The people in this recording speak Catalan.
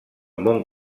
món